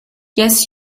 yes